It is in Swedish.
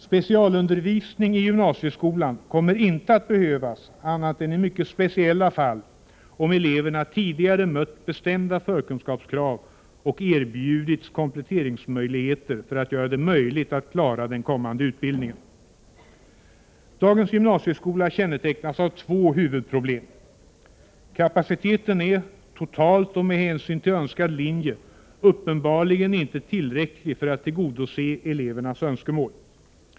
Specialundervisning i gymnasieskolan kommer inte att behövas, annat än i mycket speciella fall, om eleverna tidigare mött bestämda förkunskapskrav och erbjudits kompletteringsmöjligheter för att klara den kommande utbildningen. Dagens gymnasieskola kännetecknas av två huvudproblem. Kapaciteten är— totalt och med hänsyn till önskad linje — uppenbarligen inte tillräcklig för att tillgodose elevernas önskemål.